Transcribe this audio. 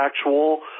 actual